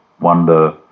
wonder